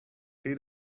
feed